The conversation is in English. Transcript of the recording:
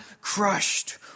crushed